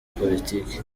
politiki